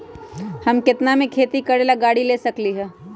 हम केतना में खेती करेला गाड़ी ले सकींले?